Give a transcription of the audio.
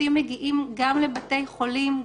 שופטים מגיעים גם לבתי חולים,